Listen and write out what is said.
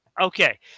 Okay